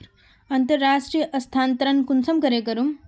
अंतर्राष्टीय स्थानंतरण कुंसम करे करूम?